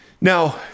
Now